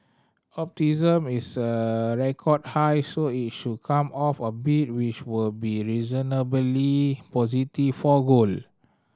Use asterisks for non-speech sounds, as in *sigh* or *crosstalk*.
*unintelligible* is a record high so it should come off a bit which would be reasonably positive for gold